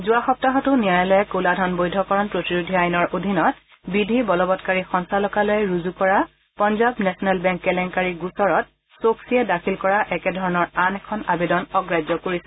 যোৱা সপ্তাহতো ন্যায়ালয়ে ক'লা ধন বৈধকৰণ প্ৰতিৰোধী আইনৰ অধীনত বিধি বলৱৎকাৰী সঞ্চালকালয়ে ৰুজু কৰা পঞ্জাৱ নেচনেল বেংক কেলেংকাৰি গোচৰত চ'ক্সীয়ে দাখিল কৰা একেধৰণৰ আন এখন আৱেদন অগ্ৰাহ্য কৰিছিল